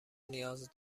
نیاز